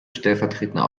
stellvertretender